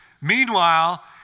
Meanwhile